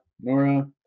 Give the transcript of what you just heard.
Nora